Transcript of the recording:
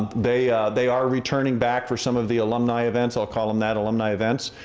they they are returning back for some of the alumni events, i'll call them that, alumni events,